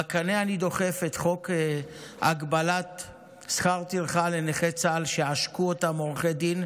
בקנה אני דוחף את חוק הגבלת שכר טרחה לנכי צה"ל שעשקו אותם עורכי דין,